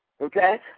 Okay